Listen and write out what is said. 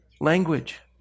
Language